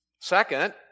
Second